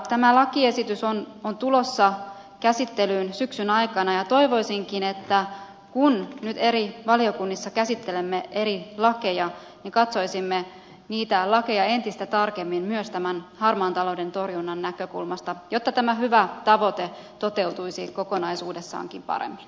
tämä lakiesitys on tulossa käsittelyyn syksyn aikana ja toivoisinkin että kun nyt eri valiokunnissa käsittelemme eri lakeja niin katsoisimme niitä lakeja entistä tarkemmin myös tämän harmaan talouden torjunnan näkökulmasta jotta tämä hyvä tavoite toteutuisi kokonaisuudessaankin paremmin